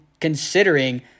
considering